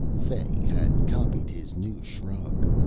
fay had copied his new shrug.